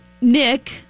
Nick